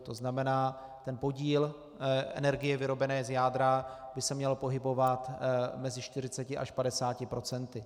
To znamená, podíl energie vyrobené z jádra by se měl pohybovat mezi 40 až 50 %.